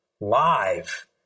live